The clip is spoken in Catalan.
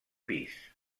pis